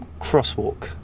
crosswalk